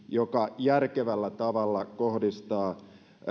joka järkevällä tavalla kohdistaa